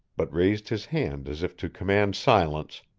but raised his hand as if to command silence,